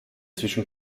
zwischen